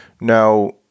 now